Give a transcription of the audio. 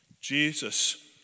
Jesus